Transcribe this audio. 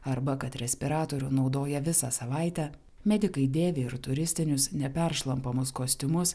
arba kad respiratorių naudoja visą savaitę medikai dėvi ir turistinius neperšlampamus kostiumus